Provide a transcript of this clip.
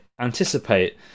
anticipate